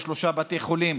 יש שלושה בתי חולים